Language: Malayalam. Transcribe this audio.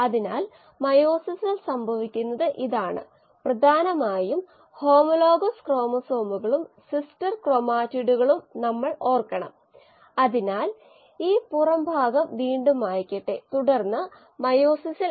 അതിനാൽ നമ്മൾ നിരക്കുകളും പരിഗണിക്കും എല്ലാം നിരക്കുകളിലേക്ക് നയിക്കും മോഡൽ ചെയ്യും മോഡലുകൾ നിരക്കുകളിലേക്ക് നയിക്കപ്പെടും ഗണിതശാസ്ത്ര മോഡലുകൾ നിരക്കുകളിലേക്ക് നയിക്കപ്പെടും എല്ലാ ചർച്ചകളും നിരക്കുകളിലേക്ക് നയിക്കപ്പെടും